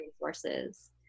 resources